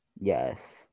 Yes